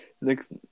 Next